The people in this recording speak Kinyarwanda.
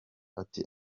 ati